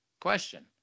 question